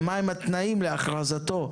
ומהם התנאים להכרזתו,